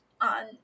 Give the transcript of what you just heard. on